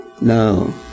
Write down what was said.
No